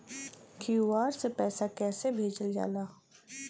QR से पैसा कैसे भेजल जाला?